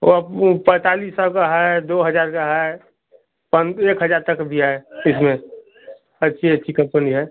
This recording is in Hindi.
वो अब वो पैंतालीस सौ का है दो हजार का है पर एक हजार तक का भी है इसमें अच्छी अच्छी कम्पनी है